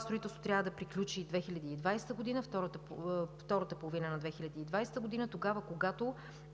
строителство трябва да приключи втората половина на 2020 г., когато